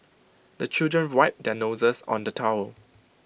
the children wipe their noses on the towel